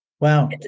wow